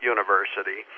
University